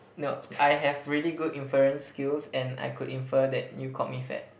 no I have really good inference skills and I could infer that you called me fat